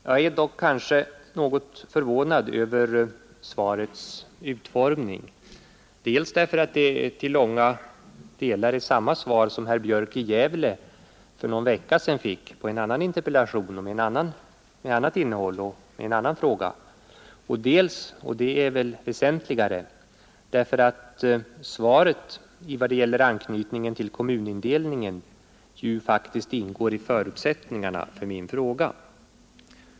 Jag är kanske något förvånad över svarets utformning, dels därför att det i långa stycken är samma svar som herr Björk i Gävle för någon vecka sedan fick på en interpellation i en annan fråga och med annat innehåll, dels — och det är väl väsentligare — därför att svaret i vad gäller anknytningen till kommunindelningen faktiskt ingår i förutsättningarna för min fråga.